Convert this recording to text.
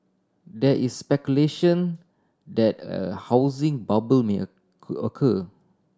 there is speculation that a housing bubble may occur